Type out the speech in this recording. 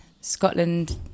Scotland